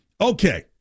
Okay